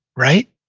right?